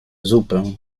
zupę